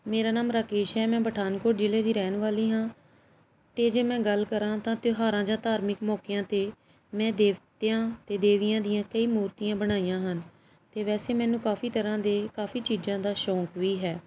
ਮੇਰਾ ਨਾਮ ਰਾਕੇਸ਼ ਹੈ ਮੈਂ ਪਠਾਨਕੋਟ ਜ਼ਿਲ੍ਹੇ ਦੀ ਰਹਿਣ ਵਾਲੀ ਹਾਂ ਅਤੇ ਜੇ ਮੈਂ ਗੱਲ ਕਰਾਂ ਤਾਂ ਤਿਉਹਾਰਾਂ ਜਾਂ ਧਾਰਮਿਕ ਮੌਕਿਆਂ 'ਤੇ ਮੈਂ ਦੇਵਤਿਆਂ ਅਤੇ ਦੇਵੀਆਂ ਦੀਆਂ ਕਈ ਮੂਰਤੀਆਂ ਬਣਾਈਆਂ ਹਨ ਅਤੇ ਵੈਸੇ ਮੈਨੂੰ ਕਾਫੀ ਤਰ੍ਹਾਂ ਦੇ ਕਾਫੀ ਚੀਜ਼ਾਂ ਦਾ ਸ਼ੌਕ ਵੀ ਹੈ